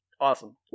Awesome